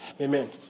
Amen